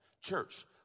Church